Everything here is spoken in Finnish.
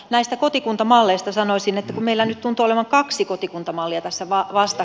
näistä kotikuntamalleista sanoisin että meillä nyt tuntuu olevan kaksi kotikuntamallia tässä vastakkain